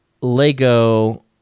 Lego